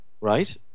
Right